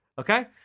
okay